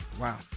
Wow